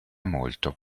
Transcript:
molto